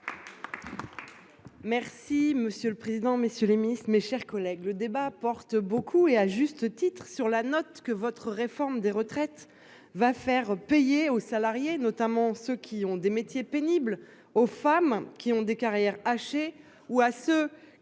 Merci monsieur le président, messieurs les ministres, mes chers collègues, le débat porte beaucoup et à juste titre sur la note que votre réforme des retraites va faire payer aux salariés, notamment ceux qui ont des métiers pénibles, aux femmes qui ont des carrières hachées ou à ce qui aurait pu partir en